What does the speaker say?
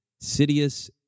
Sidious